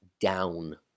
down